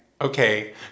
Okay